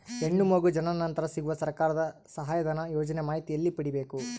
ಹೆಣ್ಣು ಮಗು ಜನನ ನಂತರ ಸಿಗುವ ಸರ್ಕಾರದ ಸಹಾಯಧನ ಯೋಜನೆ ಮಾಹಿತಿ ಎಲ್ಲಿ ಪಡೆಯಬೇಕು?